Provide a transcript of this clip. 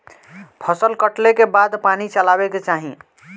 फसल कटले के बाद पानी चलावे के चाही